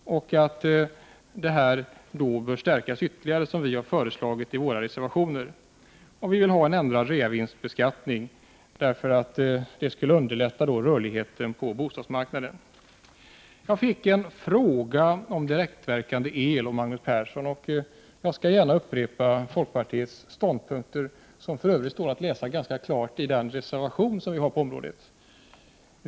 Vi har föreslagit en förstärkning här, som framgår av våra reservationer. Vi vill ha en ändrad reavinstbeskattning. Därmed skulle rörligheten på bostadsmarknaden underlättas. Magnus Persson ställde en fråga till mig om direktverkande el. Jag skall gärna upprepa folkpartiets ståndpunkter, även om de är ganska klart beskrivna i vår reservation i detta sammanhang.